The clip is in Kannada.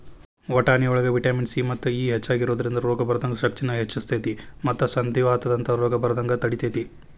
ವಟಾಣಿಯೊಳಗ ವಿಟಮಿನ್ ಸಿ ಮತ್ತು ಇ ಹೆಚ್ಚಾಗಿ ಇರೋದ್ರಿಂದ ರೋಗ ಬರದಂಗ ಶಕ್ತಿನ ಹೆಚ್ಚಸ್ತೇತಿ ಮತ್ತ ಸಂಧಿವಾತದಂತ ರೋಗ ಬರದಂಗ ತಡಿತೇತಿ